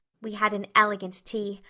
we had an elegant tea.